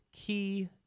key